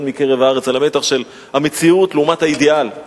עד היום ישראל לא נתנה יד ליוזמה הזאת ולא הסכמה אפילו.